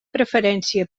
preferència